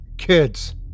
kids